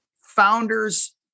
Founders